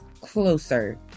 closer